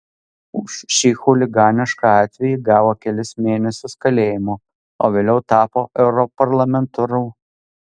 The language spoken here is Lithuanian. už šį chuliganišką atvejį gavo kelis mėnesius kalėjimo o vėliau tapo europarlamentaru